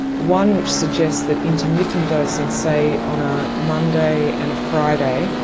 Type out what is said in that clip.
one which suggests that intermittent dosing, say on a monday and a friday,